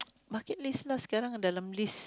bucket list lah sekarang dalam list